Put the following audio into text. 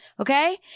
Okay